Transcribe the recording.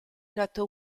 teatro